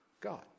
God